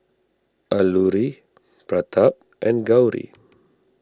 Alluri Pratap and Gauri